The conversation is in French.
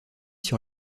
sur